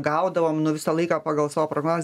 gaudavom nu visą laiką pagal savo prognozes